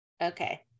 Okay